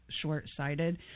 short-sighted